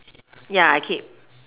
ya I keep